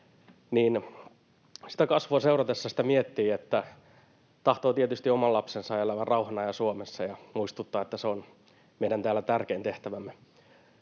niin sitä kasvua seuratessa sitä miettii, että tahtoo tietysti oman lapsensa elävän rauhanajan Suomessa, ja muistuttaa, että se on täällä meidän tärkein tehtävämme.